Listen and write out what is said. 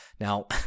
now